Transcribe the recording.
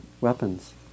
weapons